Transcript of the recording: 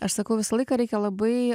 aš sakau visą laiką reikia labai